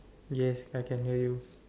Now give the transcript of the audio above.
yes I can hear you